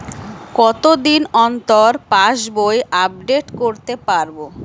কতদিন অন্তর পাশবই আপডেট করতে পারব?